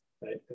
right